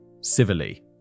civilly